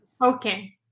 Okay